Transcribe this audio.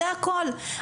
זה הכל,